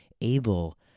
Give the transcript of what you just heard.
able